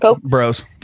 bros